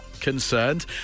Concerned